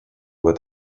where